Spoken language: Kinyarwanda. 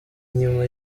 inyuma